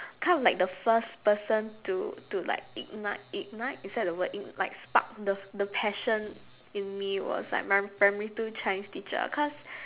kind of like the first person to to like ignite ignite is that the word ign~ like spark the the passion in me was like my primary two chinese teacher cause